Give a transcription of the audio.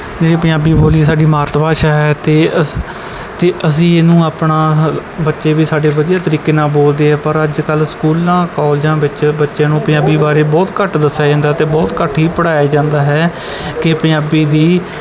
ਇਹ ਪੰਜਾਬੀ ਬੋਲੀ ਸਾਡੀ ਮਾਤ ਭਾਸ਼ਾ ਹੈ ਅਤੇ ਅਸ ਅਤੇ ਅਸੀਂ ਇਹਨੂੰ ਆਪਣਾ ਬੱਚੇ ਵੀ ਸਾਡੇ ਵਧੀਆ ਤਰੀਕੇ ਨਾਲ ਬੋਲਦੇ ਆ ਪਰ ਅੱਜ ਕੱਲ ਸਕੂਲਾਂ ਕੋਲਜਾਂ ਵਿੱਚ ਬੱਚਿਆਂ ਨੂੰ ਪੰਜਾਬੀ ਬਾਰੇ ਬਹੁਤ ਘੱਟ ਦੱਸਿਆ ਜਾਂਦਾ ਅਤੇ ਬਹੁਤ ਘੱਟ ਹੀ ਪੜ੍ਹਾਇਆ ਜਾਂਦਾ ਹੈ ਕਿ ਪੰਜਾਬੀ ਦੀ